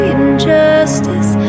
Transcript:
injustice